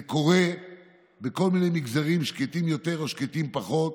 זה קורה בכל מיני מגזרים שקטים יותר או שקטים פחות,